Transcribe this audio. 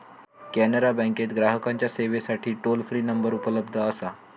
कॅनरा बँकेत ग्राहकांच्या सेवेसाठी टोल फ्री नंबर उपलब्ध असा